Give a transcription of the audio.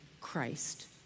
Christ